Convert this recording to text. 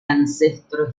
ancestro